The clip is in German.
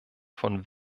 von